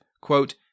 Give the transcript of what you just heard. quote